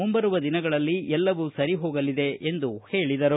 ಮುಂಬರುವ ದಿನಗಳಲ್ಲಿ ಎಲ್ಲವೂ ಸರಿ ಹೋಗಲಿದೆ ಎಂದು ಹೇಳಿದರು